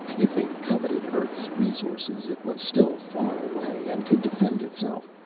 if they coveted earth's resources, it was still far away, and could defend itself.